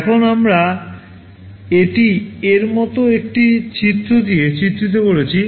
এখন আমরা এটি এর মতো একটি চিত্র দিয়ে চিত্রিত করছি